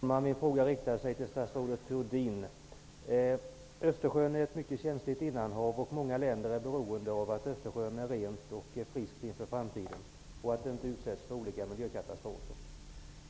Herr talman! Min fråga riktar sig till statsrådet Thurdin. Östersjön är ett mycket känsligt innanhav. Många länder är beroende av att vattnet i Östersjön är rent och friskt inför framtiden och att det inte utsätts för olika miljökatastrofer.